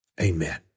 Amen